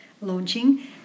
launching